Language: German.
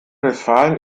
westfalen